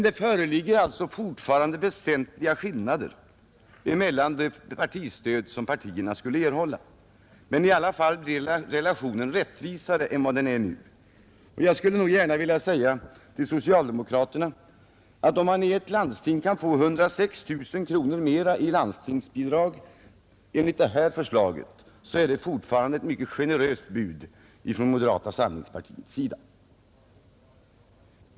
Det föreligger fortfarande väsentliga skillnader mellan de stöd partierna skulle erhålla, men relationen blir i alla fall rättvisare än den nu är. Jag skulle gärna vilja säga till socialdemokraterna att om man i ett landsting kan få 106 000 kronor mera i landstingsbidrag än moderata samlingspartiet får enligt det här förslaget, är det fortfarande ett mycket generöst bud från moderata samlingspartiets sida.